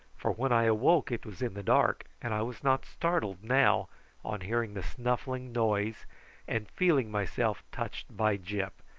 for when i awoke it was in the dark, and i was not startled now on hearing the snuffling noise and feeling myself touched by gyp,